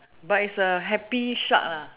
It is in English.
but it's a happy shark lah